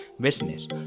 business